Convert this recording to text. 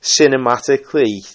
cinematically